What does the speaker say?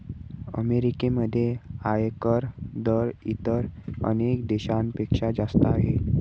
अमेरिकेमध्ये आयकर दर इतर अनेक देशांपेक्षा जास्त आहे